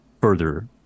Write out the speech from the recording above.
further